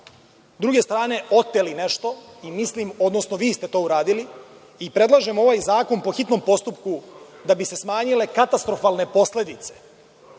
druge strane oteli nešto, i mislim, odnosno vi ste to uradili. Predlažem ovaj zakon po hitnom postupku da bi se smanjile katastrofalne posledice,